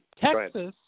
Texas